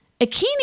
Akini